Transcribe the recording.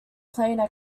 plain